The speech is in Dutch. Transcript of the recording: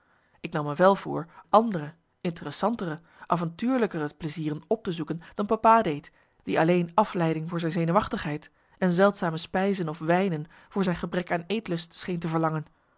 ik nam me wel voor andere interessantere avontuurlijkere plezieren op te zoeken dan papa deed die alleen afleiding voor zijn zenuwachtigheid en zeldzame spijzen of wijnen voor zijn gebrek aan eetlust scheen te verlangen